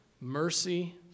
mercy